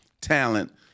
talent